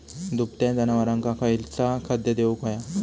दुभत्या जनावरांका खयचा खाद्य देऊक व्हया?